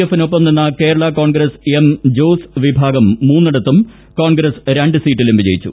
എഫിന് ഒപ്പം നിന്ന കേരളാ കോൺഗ്രസ് എം ജോസ് വിഭാഗം മൂന്നിടത്തും കോൺഗ്രസ് രണ്ട് സീറ്റിലും വിജയിച്ചു